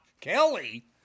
Kelly